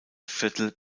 viertel